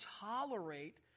tolerate